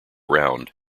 round